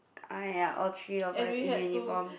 !aiya! all three of us in uniform